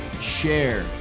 share